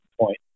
point